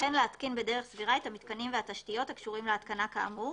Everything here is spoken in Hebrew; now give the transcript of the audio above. וכן להתקין בדרך סבירה את המיתקנים והתשתיות הקשורים להתקנה כאמור,